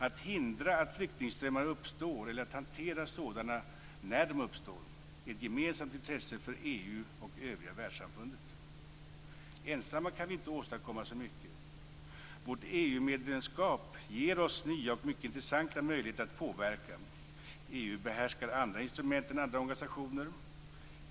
Att förhindra att flyktingströmmar uppstår eller att hantera sådana när de uppstår är ett gemensamt intresse för EU och övriga världssamfundet. Ensamma kan vi inte åstadkomma så mycket. Vårt EU medlemskap ger oss nya och mycket intressanta möjligheter att påverka. EU behärskar andra instrument än andra organisationer.